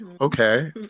okay